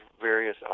various